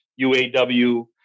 UAW